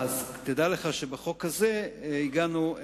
תדע לך שבחוק הזה הגענו,